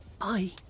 Bye